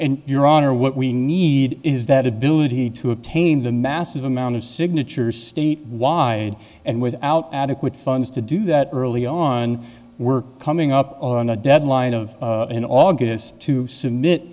and your honor what we need is that ability to obtain the massive amount of signatures state wide and without adequate funds to do that early on we're coming up on a deadline of in august to submit